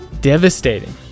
Devastating